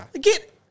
Get